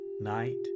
night